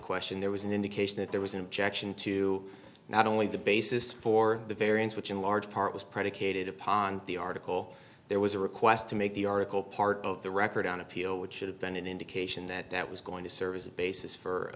question there was an indication that there was an objection to not only the basis for the variance which in large part was predicated upon the article there was a request to make the article part of the record on appeal which should have been an indication that that was going to serve as a basis for